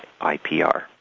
IPR